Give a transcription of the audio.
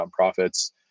nonprofits